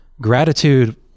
Gratitude